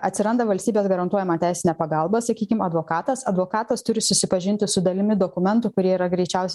atsiranda valstybės garantuojama teisinė pagalba sakykim advokatas advokatas turi susipažinti su dalimi dokumentų kurie yra greičiaus